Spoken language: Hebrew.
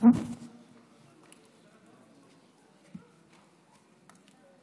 כהן ועמנואל הנגבי, זכרם